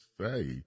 say